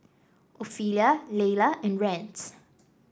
Ophelia Leila and Rance